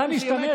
אתה משתמש,